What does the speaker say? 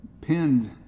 pinned